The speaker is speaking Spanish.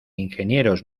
ingenieros